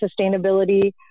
sustainability